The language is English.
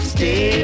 Stay